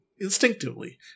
instinctively